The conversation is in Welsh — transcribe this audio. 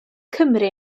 cymru